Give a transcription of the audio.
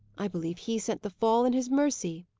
i believe he sent the fall in his mercy.